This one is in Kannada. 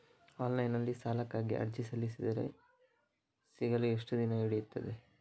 ಆನ್ಲೈನ್ ನಲ್ಲಿ ಸಾಲಕ್ಕಾಗಿ ಅರ್ಜಿ ಸಲ್ಲಿಸಿದರೆ ಸಿಗಲು ಎಷ್ಟು ದಿನ ಹಿಡಿಯುತ್ತದೆ?